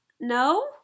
No